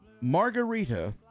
Margarita